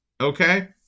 Okay